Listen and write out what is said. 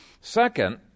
Second